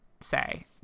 say